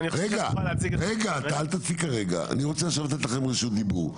אני רוצה לתת לכם רשות דיבור,